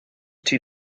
two